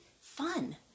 fun